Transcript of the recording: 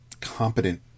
competent